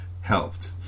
helped